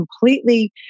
completely